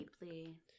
Deeply